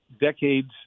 decades